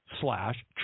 slash